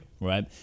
Right